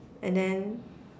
and then